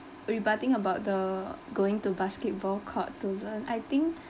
rebutting about the going to basketball court to learn I think